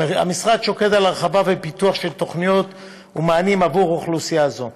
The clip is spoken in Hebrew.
המשרד שוקד על הרחבה ופיתוח של תוכניות ומענים עבור אוכלוסייה זו.